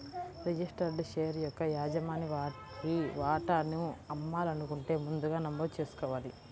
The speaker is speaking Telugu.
రిజిస్టర్డ్ షేర్ యొక్క యజమాని వారి వాటాను అమ్మాలనుకుంటే ముందుగా నమోదు చేసుకోవాలి